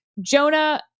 Jonah